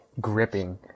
gripping